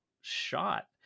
shot